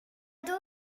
lado